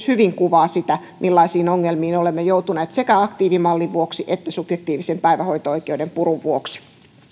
hyvin kuvaa sitä millaisiin ongelmiin olemme joutuneet sekä aktiivimallin vuoksi että subjektiivisen päivähoito oikeuden purun vuoksi